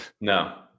No